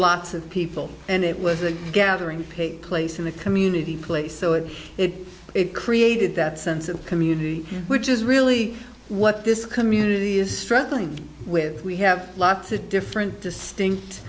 lots of people and it was a gathering pick place in the community place so it it it created that sense of community which is really what this community is struggling with we have lots of different